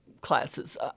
classes